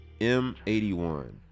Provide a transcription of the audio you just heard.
M81